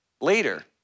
later